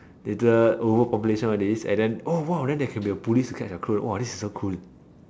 later overpopulation all this and then oh !wow! then there can be a police to catch the clone oh !wow! this is so cool